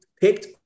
picked